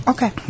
Okay